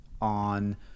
on